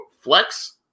flex